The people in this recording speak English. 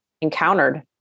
encountered